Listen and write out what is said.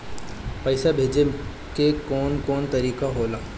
पइसा भेजे के कौन कोन तरीका होला?